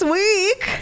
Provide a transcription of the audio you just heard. week